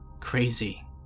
crazy